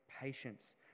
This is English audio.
patience